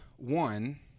One